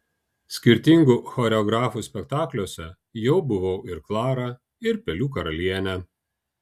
skirtingų choreografų spektakliuose jau buvau ir klara ir pelių karalienė